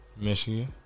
Michigan